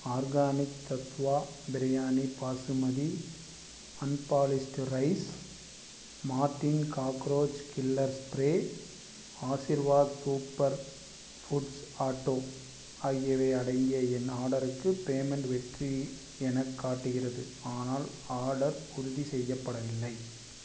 organic Tattva biryani basmati unpolished rice Mortein cockroach killer spray Aashirvaad super foods auto ஆகியவை அடங்கிய என் ஆர்டருக்கு பேமெண்ட் வெற்றி எனக் காட்டுகிறது ஆனால் ஆர்டர் உறுதி செய்யப்படவில்லை